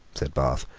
said bath,